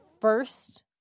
first